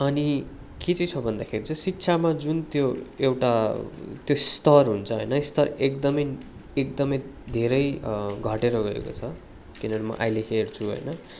अनि के चाहिँ छ भन्दाखेरि चाहिँ शिक्षामा जुन त्यो एउटा त्यो स्तर हुन्छ होइन त्यो स्तर एकदम एकदम धेरै घटेर गएको छ किनभने म अहिले हेर्छु होइन